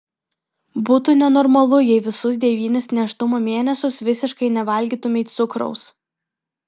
būtų nenormalu jei visus devynis nėštumo mėnesius visiškai nevalgytumei cukraus